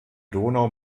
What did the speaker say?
donau